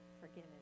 forgiven